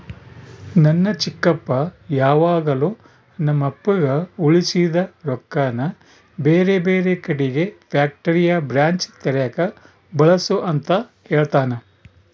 ನನ್ನ ಚಿಕ್ಕಪ್ಪ ಯಾವಾಗಲು ನಮ್ಮಪ್ಪಗ ಉಳಿಸಿದ ರೊಕ್ಕನ ಬೇರೆಬೇರೆ ಕಡಿಗೆ ಫ್ಯಾಕ್ಟರಿಯ ಬ್ರಾಂಚ್ ತೆರೆಕ ಬಳಸು ಅಂತ ಹೇಳ್ತಾನಾ